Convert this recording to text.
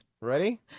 Ready